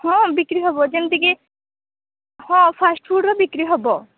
ହଁ ବିକ୍ରି ହବ ଯେମିତିକି ହଁ ଫାଷ୍ଟଫୁଡ଼୍ର ବିକ୍ରି ହବ